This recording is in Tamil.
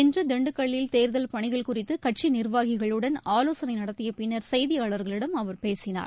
இன்று திண்டுக்கல்லில் தேர்தல் பணிகள் குறித்து கட்சி நிர்வாகிகளுடன் ஆலோசனை நடத்திய பின்னர் செய்தியாளர்களிடம் அவர் பேசினார்